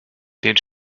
den